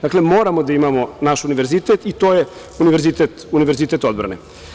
Dakle, moramo da imamo naš univerzitet i to je univerzitet odbrane.